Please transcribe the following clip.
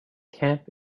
camp